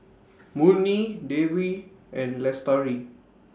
Murni Dewi and Lestari